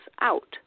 out